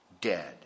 dead